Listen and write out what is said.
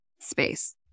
space